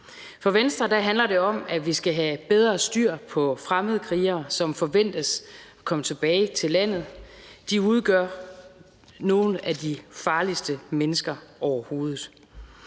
For Venstre handler det om, at vi skal have bedre styr på fremmedkrigere, som forventes at komme tilbage til landet. De udgør nogle af de farligste mennesker overhovedet.